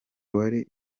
wari